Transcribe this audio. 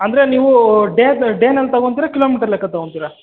ಅಂದರೆ ನೀವೂ ಡೇಸ್ ಡೇಯಲ್ಲಿ ತಗೊಂತೀರ ಕಿಲೋಮೀಟ್ರ್ ಲೆಕ್ಕ ತಗೊಂತೀರ